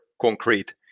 concrete